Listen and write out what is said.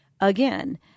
again